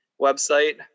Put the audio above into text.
website